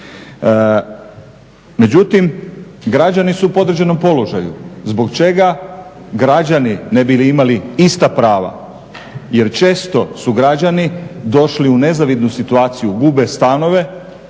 Međutim, građani su u podređenom položaju. Zbog čega građani ne bi imali ista prava? Jer često su građani došli u nezavidnu situaciju, gube stanove,